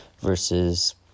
versus